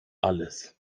alles